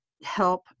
help